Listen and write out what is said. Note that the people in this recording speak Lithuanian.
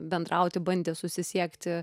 bendrauti bandė susisiekti